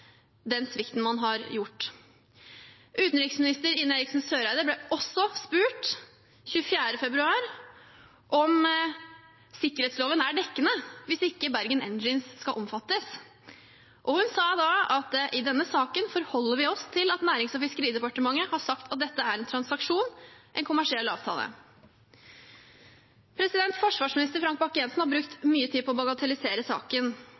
den svikten. Utenriksminister Ine Eriksen Søreide ble også spurt 24. februar om sikkerhetsloven er dekkende hvis ikke Bergen Engines skal omfattes. Hun sa da: «I denne saken forholder vi oss til at Nærings- og fiskeridepartementet har sagt at dette er en transaksjon, en kommersiell avtale». Forsvarsminister Frank Bakke-Jensen har brukt mye tid på å bagatellisere saken.